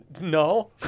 No